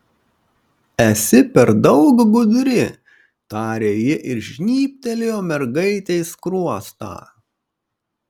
esi per daug gudri tarė ji ir žnybtelėjo mergaitei skruostą